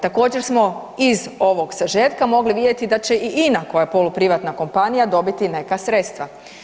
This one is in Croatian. Također smo iz ovog sažetka mogli vidjeti da će i INA koja je poluprivatna kompanija dobiti neka sredstva.